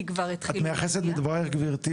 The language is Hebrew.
כי כבר התחילו --- את מייחסת את דברייך גברתי